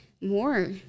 more